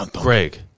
Greg